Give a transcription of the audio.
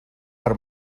per